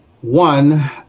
One